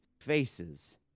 faces